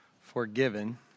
forgiven